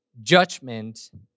judgment